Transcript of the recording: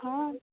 ହଁ